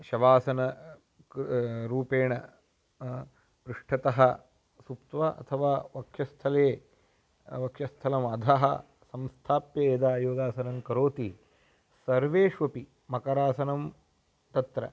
शवासनं रूपेण पृष्ठतः सुप्त्वा अथवा वक्षस्थले वक्षस्थलमधः संस्थाप्य यदा योगासनं करोति सर्वेष्वपि मकरासनं तत्र